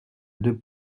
deux